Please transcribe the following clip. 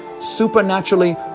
Supernaturally